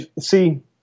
See